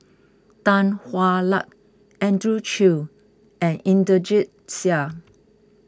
Tan Hwa Luck Andrew Chew and Inderjit Singh